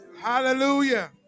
Hallelujah